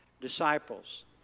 disciples